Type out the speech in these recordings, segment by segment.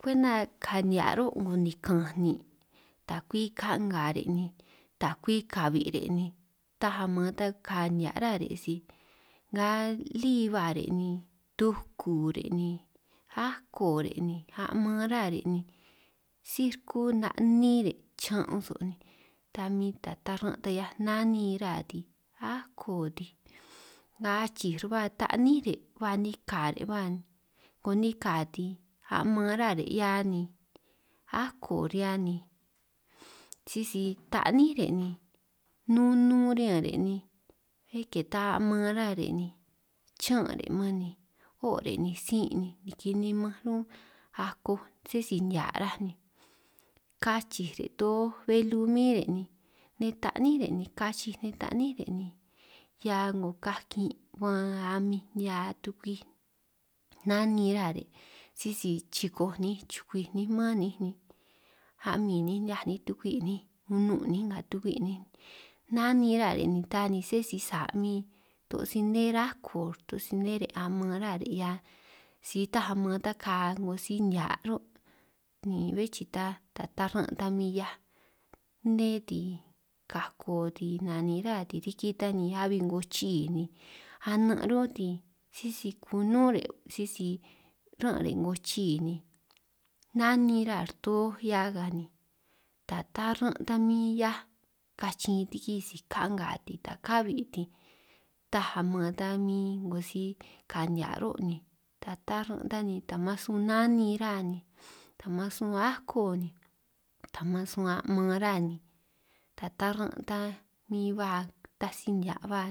Kwenta ka nihia' ro' 'ngo nikanj nin' ta kwi ka'nga re' ni ta kwi kabi' re' ni, taj aman ta ka nihia' rá re' si nga lí ba re' ni tuku re' ni ako re' ni, a'man rá re' ni sí rkú 'na' ní re' chaan' so' ni ta min ta taran' ta 'hiaj nanin rá ti akó ti, nga achij ruba ta'ní re' ba nika re' 'ngo nika' ti a'man rá re' 'hia ni akó re' 'hia ni sisi ta'ní re' ni, nunun riñan re' ni bé ke ta a'man rá re' ni chan' re' man ni o' re' ni sin' ni niki nimanj ún, akoj sé si nihia' raj ni kachij re' toj belu min re' ni nej ta'ní re' ni kachij nej ta'ní re' ni, 'hia 'ngo kakin' baanj a'min ni'hia tukwij nanin ra re' sisi chikoj ninj chukwij ninj man ninj ni, a'min nihiaj ninj tukwi' ninj unun' ninj nga tukwi' ninj nanin rá re' ni ta ni sé si sa' min, to si nne rarkot to si nne re' a'man rá re' 'hia si taj aman ta ka 'ngo si nihia' ró', ni bé chi' ta taran' ta min 'hiaj nnét ni kakot ni nanin rá' riki ta ni abi 'ngo chii ni, a'nan' rún' sisi kunun re' sisi ran' re' 'ngo chii nanin rár toj hia ka ni ta taran' ta min 'hiaj kachin' riki si ka'nga' ta kabi' ni, taj aman ta min 'ngo si ka nihia' ro' ni ta taran' ta man sun nanin rá ni man sun ako ni, ta man sun a'man rá ni ta taran' ta min ba ta si nihia' ba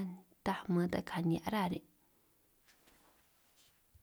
taj man ta ka nihia' rá re'.